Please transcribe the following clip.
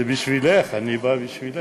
זה בשבילך, אני בא בשבילך.